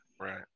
Right